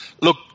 Look